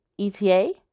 ETA